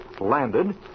landed